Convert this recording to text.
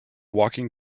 walking